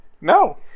No